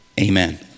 Amen